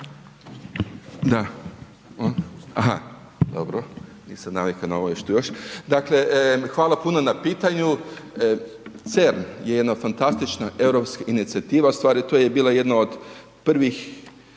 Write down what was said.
Odgovor, izvolite. **Antičić, Tome** Dakle, hvala puno na pitanju. CERN je jedna fantastična europska inicijativa, u stvari to je bila jedna od prvih